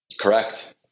Correct